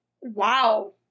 Wow